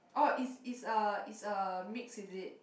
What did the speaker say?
orh is is a is a mix is it